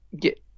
get